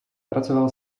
pracoval